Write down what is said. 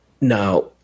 Now